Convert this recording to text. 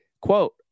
Quote